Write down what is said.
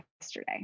yesterday